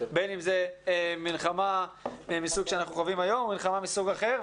בין אם זאת מלחמה מהסוג שאנחנו חווים היום ובין אם זאת מלחמה מסוג אחר.